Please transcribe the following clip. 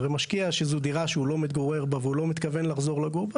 הרי משקיע שזו דירה שהוא לא מתגורר בה והוא לא מתכוון לחזור לגור בה,